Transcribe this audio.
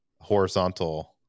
horizontal